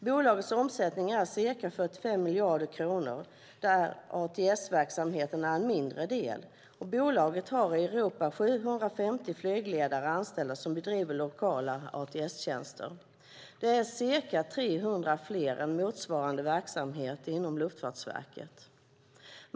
Bolagets omsättning är ca 45 miljarder kronor där ATS-verksamheten är en mindre del. Bolaget har i Europa 750 flygledare anställda som bedriver lokala ATS-tjänster. Det är ca 300 fler än motsvarande verksamhet inom Luftfartsverket.